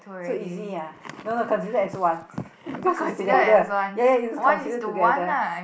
so easy ah no no considered as one because it's together ya ya it's considered together